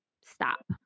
stop